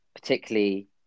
particularly